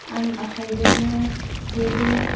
आं आखाइजोंनो हेबो